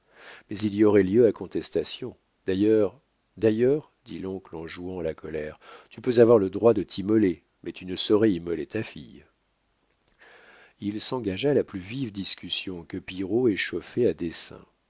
mais il y aurait lieu à contestation d'ailleurs d'ailleurs dit l'oncle en jouant la colère tu peux avoir le droit de t'immoler mais tu ne saurais immoler ta fille il s'engagea la plus vive discussion que pillerault échauffait à dessein